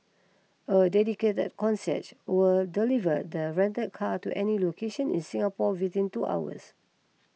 a dedicated concierge will deliver the rented car to any location in Singapore within two hours